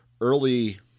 early